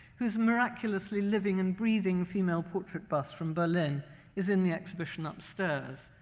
whose miraculously living and breathing female portrait bust from berlin is in the exhibition upstairs.